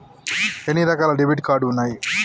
ఎన్ని రకాల debit card ఉన్నాయి?